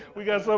we got